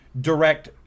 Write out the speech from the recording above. direct